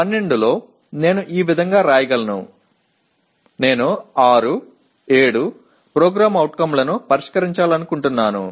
12 లో నేను ఈ విధంగా వ్రాయగలను నేను 6 7 PO లను పరిష్కరించాలనుకుంటున్నాను